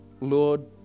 Lord